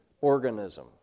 organism